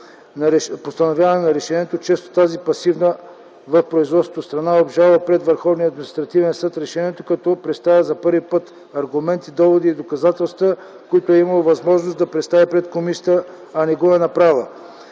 постановяване на решението често тази пасивна в производството страна обжалва пред Върховния административен съд решението, като представя за първи път аргументи, доводи и доказателства, които е имала възможност да представи пред комисията, но не го е направила.